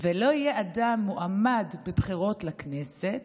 ולא יהיה אדם מועמד בבחירות לכנסת,